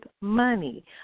money